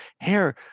hair